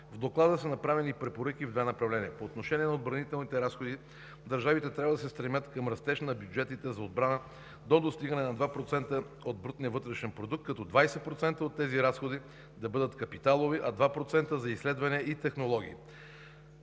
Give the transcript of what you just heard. В Доклада са направени препоръки в две направления. По отношение на отбранителните разходи държавите трябва да се стремят към растеж на бюджетите за отбрана до достигане на два процента от брутния вътрешен продукт, като 20% от тези разходи да бъдат капиталови, а 2% – за изследване и технологии.